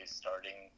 starting